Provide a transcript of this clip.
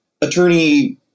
attorney